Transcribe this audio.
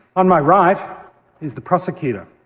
on my right is the prosecutor.